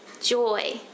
joy